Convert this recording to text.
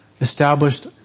established